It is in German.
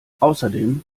außerdem